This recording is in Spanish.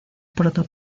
proto